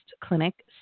clinic